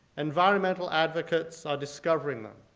environmental advocates are discovering them,